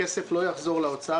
הכסף לא יחזור לאוצר,